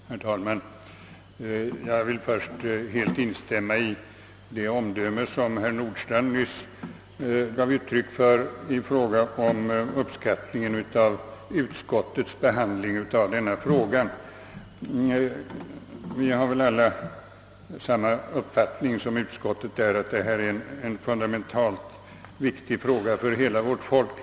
Herr talman! Jag vill först helt instämma i det uppskattande omdöme om normer samt ungdomskriminalitet utskottets behandling av denna fråga, som herr Nordstrandh nyss gav uttryck för. Vi instämmer väl för övrigt alla i utskottets uppfattning att det här är fråga om ett fundamentalt spörsmål för hela vårt folk.